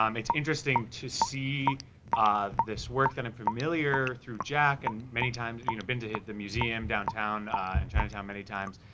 um it's interesting to see this work that i'm familiar through jack, and many times, you know, i've been to hit the museum downtown in chinatown many times.